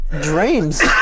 dreams